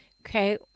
Okay